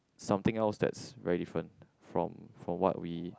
something else that's very different from from what we